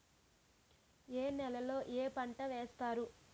ఏ నేలలో ఏ పంట వేస్తారు?